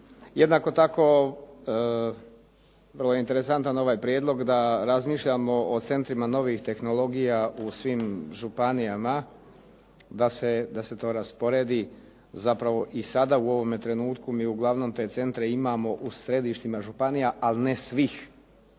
Jednako tako vrlo interesantan ovaj prijedlog da razmišljamo o centrima novih tehnologija u svim županijama, da se to rasporedi zapravo i sada u ovome trenutku mi uglavnom te centre imamo u središtima županija, ali ne svih.